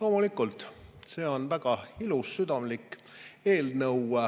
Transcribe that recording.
Loomulikult, see on väga ilus südamlik eelnõu,